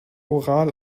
oral